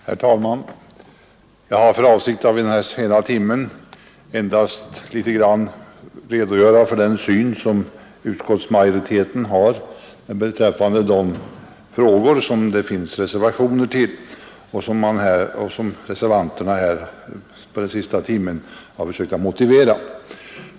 Herr talman! Jag har för avsikt att vid denna sena timme endast något redogöra för utskottsmajoritetens syn på de frågor där reservationer är avgivna, vilka reservanterna den senaste timmen har försökt motivera.